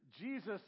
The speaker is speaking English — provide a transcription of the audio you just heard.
Jesus